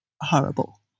horrible